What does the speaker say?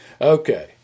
Okay